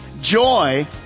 Joy